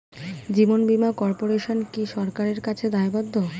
জীবন বীমা কর্পোরেশন কি সরকারের কাছে দায়বদ্ধ?